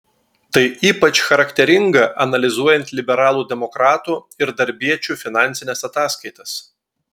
tai ypač charakteringa analizuojant liberalų demokratų ir darbiečių finansines ataskaitas